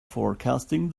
forecasting